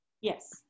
Yes